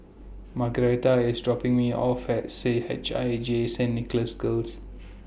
Margaretta IS dropping Me off At C H I J Saint Nicholas Girls